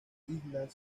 islas